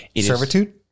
Servitude